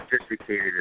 sophisticated